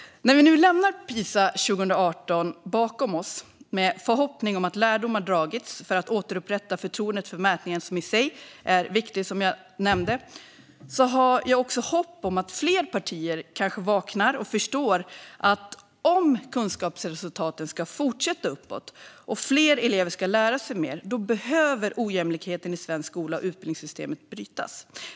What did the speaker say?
När vi nu lämnar Pisa 2018 bakom oss med förhoppning om att lärdomar dragits för att återupprätta förtroendet för mätningen, som i sig är viktig, som jag nämnde, har jag också hopp om att fler partier kanske vaknar och förstår att om kunskapsresultaten ska fortsätta uppåt och fler elever ska lära sig mer behöver ojämlikheten i svensk skola och i utbildningssystemet brytas.